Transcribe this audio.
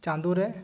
ᱪᱟᱸᱫᱳ ᱨᱮ